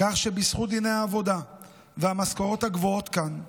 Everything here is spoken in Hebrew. כך שבזכות דיני העבודה והמשכורות הגבוהות כאן,